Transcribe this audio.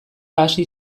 hasi